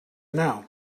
now